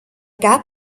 gab